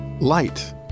light